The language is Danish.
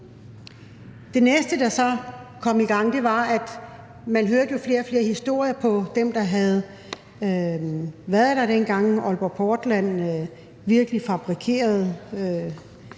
få de her midler. Man hørte jo flere og flere historier om dem, der havde været der dengang på Aalborg Portland og virkelig fabrikeret